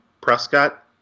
Prescott